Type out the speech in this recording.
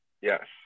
Yes